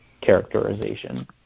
characterization